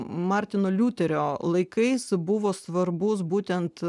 martino liuterio laikais buvo svarbus būtent